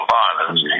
violence